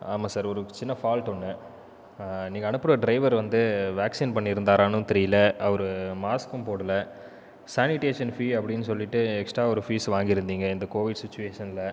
ஆமாம் சார் ஒரு சின்ன ஃபால்ட் ஒன்று நீங்கள் அனுப்புகிற டிரைவர் வந்து வாக்சின் பண்ணிருந்தாரான்னும் தெரியலை அவரு மாஸ்க்கும் போடல சானிடேஷன் ஃப்ரீ அப்படின்னு சொல்லிகிட்டு எக்ஸ்ட்ரா ஒரு ஃபீஸ் வாங்கிருந்தீங்க இந்த கோவிட் சிச்சுவேஷனில்